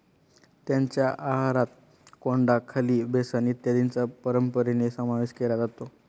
त्यांच्या आहारात कोंडा, खली, बेसन इत्यादींचा परंपरेने समावेश केला जातो